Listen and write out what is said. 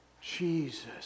Jesus